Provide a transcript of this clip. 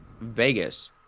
Vegas